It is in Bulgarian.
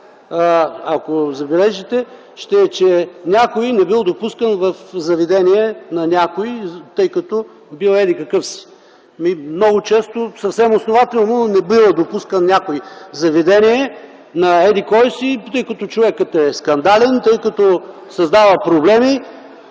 ако забележите, ще е че някой не бил допускан в заведение на някой, тъй като бил еди какъв си. Много често съвсем основателно не бива допускан някой в заведение на еди кой си, тъй като човекът е скандален, тъй като създава проблеми